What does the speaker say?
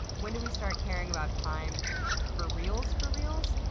when did we start caring about time for reals, for reals?